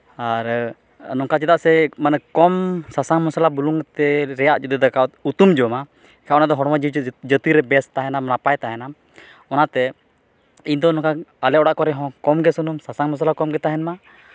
ᱟᱨ ᱱᱚᱝᱠᱟ ᱪᱮᱫᱟᱜ ᱥᱮ ᱢᱟᱱᱮ ᱠᱚᱢ ᱥᱟᱥᱟᱝ ᱢᱚᱥᱞᱟ ᱵᱩᱞᱩᱝ ᱛᱮ ᱨᱮᱭᱟᱜ ᱡᱩᱫᱤ ᱫᱟᱠᱟ ᱩᱛᱩᱢ ᱡᱚᱢᱟ ᱮᱱᱠᱷᱟᱱ ᱚᱱᱟ ᱫᱚ ᱦᱚᱲᱢᱚ ᱡᱤᱣᱤ ᱡᱟᱹᱛᱤ ᱨᱮ ᱵᱮᱥ ᱛᱟᱦᱮᱱᱟᱢ ᱱᱟᱯᱟᱭ ᱛᱟᱦᱮᱱᱟᱢ ᱚᱱᱟᱛᱮ ᱤᱧ ᱫᱚ ᱱᱚᱝᱠᱟ ᱟᱞᱮ ᱚᱲᱟᱜ ᱠᱚᱨᱮᱜ ᱦᱚᱸ ᱠᱚᱢ ᱜᱮ ᱥᱩᱱᱩᱢ ᱥᱟᱥᱟᱝ ᱢᱚᱥᱞᱟ ᱠᱚᱢ ᱜᱮ ᱛᱟᱦᱮᱱᱟᱢ